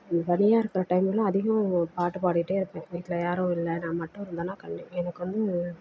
தனியாக இருக்கிற டைம்லாம் அதிகம் பாட்டு பாடிகிட்டே இருப்பேன் வீட்டில் யாரும் இல்லை நான் மட்டும் இருந்தேன்னா கண்டி எனக்கு வந்து